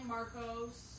Marcos